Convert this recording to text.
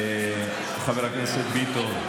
חבר הכנסת ביטון,